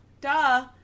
duh